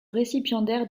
récipiendaire